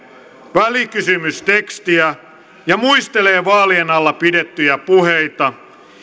välikysymystekstiä ja muistelee vaalien alla pidettyjä puheita